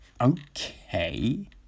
Okay